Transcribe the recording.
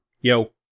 Yo